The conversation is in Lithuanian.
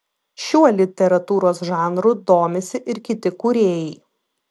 šiuo literatūros žanru domisi ir kiti kūrėjai